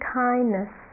kindness